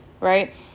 right